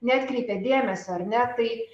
neatkreipia dėmesio ar ne tai